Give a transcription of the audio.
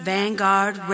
Vanguard